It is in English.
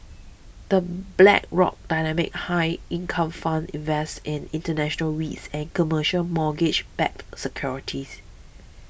the Blackrock Dynamic High Income Fund invests in international Reits and commercial mortgage backed securities